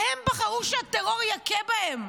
הם בחרו שהטרור יכה בהם,